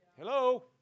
Hello